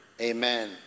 Amen